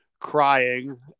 crying